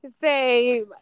Say